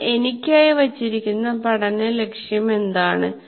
ഞാൻ എനിക്കായി വച്ചിരിക്കുന്ന പഠന ലക്ഷ്യം എന്താണ്